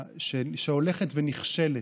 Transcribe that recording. שהולכת ונכשלת,